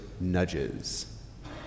nudges